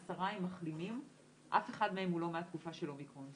10 הם מחלימים ואף אחד מהם הוא לא מהתקופה של האומיקרון.